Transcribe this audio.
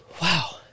Wow